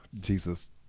Jesus